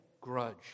grudge